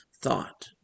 thought